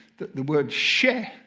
that the word sheh,